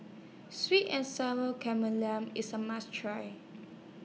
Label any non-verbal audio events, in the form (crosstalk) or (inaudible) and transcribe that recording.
Sweet and Sour (unintelligible) IS A must Try